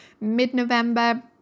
mid-November